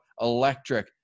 electric